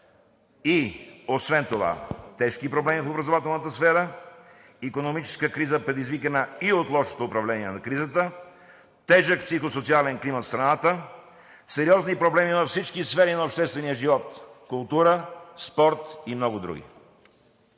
и освен това тежки проблеми в образователната сфера, икономическа криза, предизвикана и от лошото управление на кризата, тежък психосоциален климат в страната, сериозни проблеми във всички сфери на обществения живот – култура, спорт и много други.